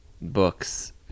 books